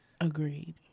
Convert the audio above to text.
Agreed